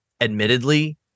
Admittedly